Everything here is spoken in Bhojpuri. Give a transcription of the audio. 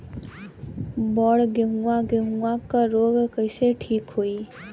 बड गेहूँवा गेहूँवा क रोग कईसे ठीक होई?